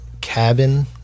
cabin